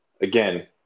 again